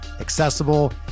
accessible